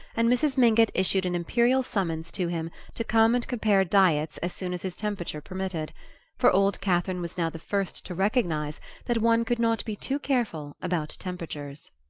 and mrs. mingott issued an imperial summons to him to come and compare diets as soon as his temperature permitted for old catherine was now the first to recognise that one could not be too careful about temperatures.